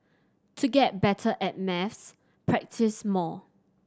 to get better at maths practise more